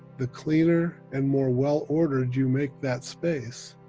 the cleaner and more well ordered you make that space,